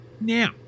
Now